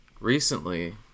recently